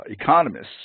economists